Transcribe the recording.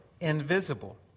invisible